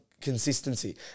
consistency